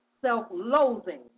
self-loathing